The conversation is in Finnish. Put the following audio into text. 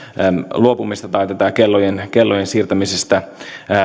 luopumista tai tätä kellojen kellojen siirtämisestä